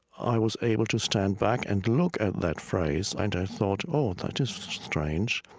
i was able to stand back and look at that phrase, and i thought, oh, that is strange.